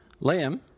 Liam